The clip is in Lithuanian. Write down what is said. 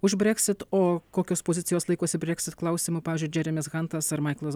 už breksit o kokios pozicijos laikosi breksit klausimu pavyzdžiui džeremis hantas ar maiklas